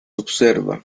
observa